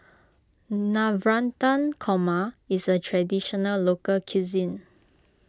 Navratan Korma is a Traditional Local Cuisine